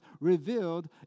revealed